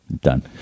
Done